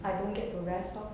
I don't get to rest lor